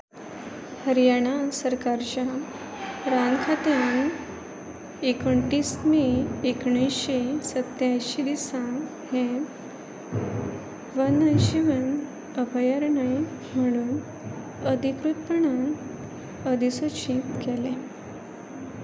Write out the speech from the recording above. हरियाणा सरकारच्या रान खात्यान एकुणतीस मे एकुणशें सत्यांयशी दिसा हें वनशिवन अभयारणय म्हणून अधिकृतपणान अधिसुचीत केलें